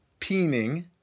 peening